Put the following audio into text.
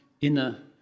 inner